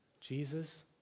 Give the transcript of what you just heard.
Jesus